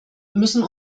müssen